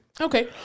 okay